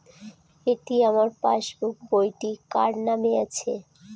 এটি আমার পাসবুক বইটি কার নামে আছে?